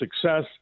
success